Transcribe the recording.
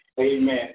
Amen